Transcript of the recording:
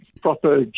proper